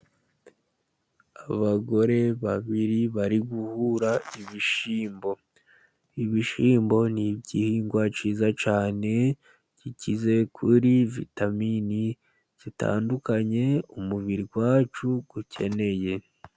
Abagore babiri bari guhura ibishyimbo. Ibishyimbo ni igihingwa cyiza cyane, gikize kuri vitamine zitandukanye umubiri wacu ukeneye.